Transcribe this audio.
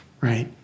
Right